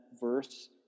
verse